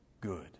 good